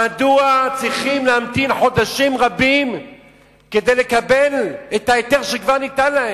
מדוע צריך להמתין חודשים רבים כדי לקבל את ההיתר שכבר ניתן?